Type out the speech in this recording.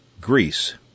Greece